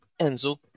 Enzo